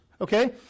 okay